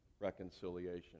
reconciliation